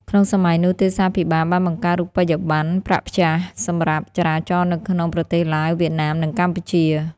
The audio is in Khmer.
ក្នុងសម័យនោះ ទេសាភិបាលបានបង្កើតរូបិយប័ណ្ណ ប្រាក់ព្យ៉ាស់ សម្រាប់ចរាចរនៅក្នុងប្រទេសឡាវ វៀតណាម និងកម្ពុជា។